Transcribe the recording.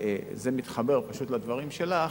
זה מתחבר פשוט לדברים שלך,